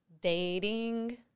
dating